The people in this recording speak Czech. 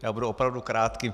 Já budu opravdu krátký.